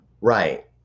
right